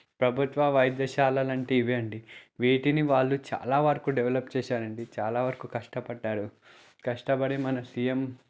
ప్రభుత్వ వైద్యశాలలు అంటే ఇవి అండి వీటిని వాళ్ళు చాలా వరకు డెవలప్ చేశారండి చాలా వరకు కష్టపడ్డారు కష్టపడి మన సీఎమ్